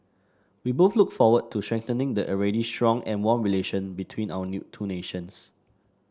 we both look forward to strengthening the already strong and warm relation between our new two nations